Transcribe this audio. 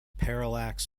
parallax